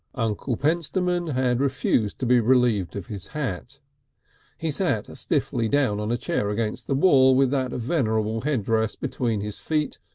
uncle pentstemon had refused to be relieved of his hat he sat stiffly down on a chair against the wall with that venerable headdress between his feet,